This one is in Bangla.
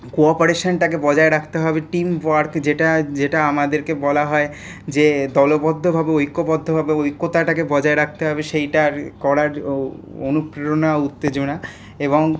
কোঅপারেশনটাকে বজায় রাখতে হবে টিম ওয়ার্ক যেটা যেটা আমাদেরকে বলা হয় যে দলবদ্ধভাবে ঐক্যবদ্ধভাবে ঐক্যতাটাকে বজায় রাখতে হবে সেইটার করার অনুপ্রেরণা ও উত্তেজনা এবং